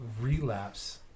relapse